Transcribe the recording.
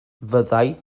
fyddai